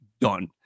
done